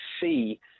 see